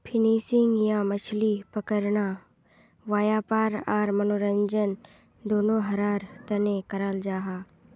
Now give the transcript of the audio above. fishing या मछली पकड़ना वयापार आर मनोरंजन दनोहरार तने कराल जाहा